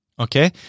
Okay